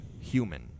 human